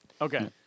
Okay